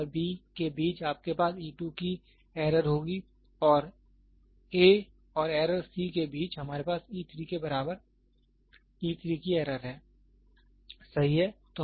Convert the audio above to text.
इसलिए A और B के बीच आपके पास e 2 की एरर होगी और A और एरर C के बीच हमारे पास e 3 के बराबर ई 3 की एरर है सही है